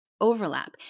overlap